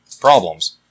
problems